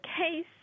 case